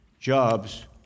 jobs